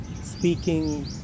speaking